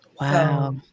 Wow